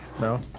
No